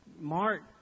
Mark